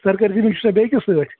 سرکٲرۍ زٔمیٖن چھُسا بیٚیہِ کیٚنٛہہ سۭتۍ